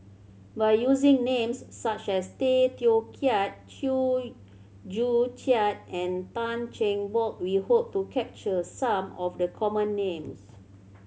by using names such as Tay Teow Kiat Chew Joo Chiat and Tan Cheng Bock we hope to capture some of the common names